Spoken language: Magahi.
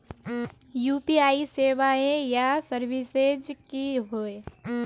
यु.पी.आई सेवाएँ या सर्विसेज की होय?